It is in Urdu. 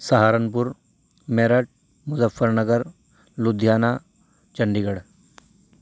سہارن پور میرٹھ مظفر نگر لدھیانہ چندی گڑھ